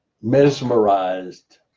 mesmerized